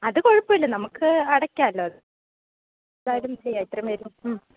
അത് കുഴപ്പമില്ല നമുക്ക് അടക്കാമല്ലോ അത് ഒരു കാര്യം ചെയ്യാം ഇത്രയും പേര് മ്